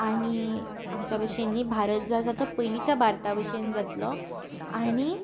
आनी आमच्या भशेन न्ह भारत जो आसा तो पयलींच्या भारता भशेन जातलो आनी